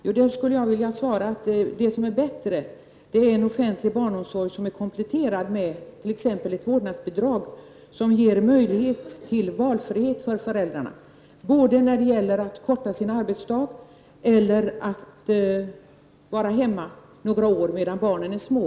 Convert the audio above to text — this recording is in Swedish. Jag skulle vilja svara så här: Det som är bättre är en offentlig barnomsorg kompletterad med t.ex. ett vårdnadsbidrag som ger möjlighet till valfrihet för föräldrarna när det gäller både att korta sin arbetsdag och att vara hemma några år medan barnen är små.